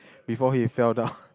before he fell down